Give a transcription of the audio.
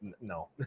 No